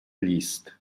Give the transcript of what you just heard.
list